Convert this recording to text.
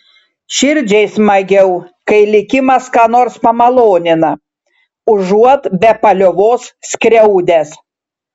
širdžiai smagiau kai likimas ką nors pamalonina užuot be paliovos skriaudęs